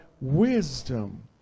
Wisdom